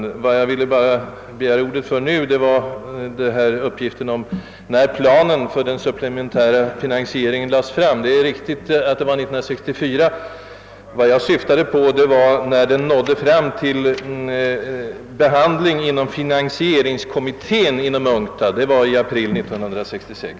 Anledningen till att jag likväl på nytt yttrar mig är uppgiften om när planen för den supplementära finansieringen lades fram. — Det är riktigt som statsrådet Lange säger att detta skedde 1964. Vad jag syftade på var emellertid när den nådde fram till behandling inom finansieringskommittén inom UNCTAD, och enligt den uppgift jag fått skedde detta i april 1966.